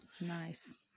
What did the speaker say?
Nice